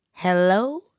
Hello